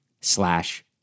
slash